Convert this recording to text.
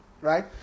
Right